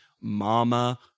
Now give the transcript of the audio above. mama